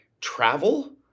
travel